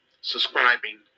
subscribing